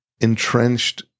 entrenched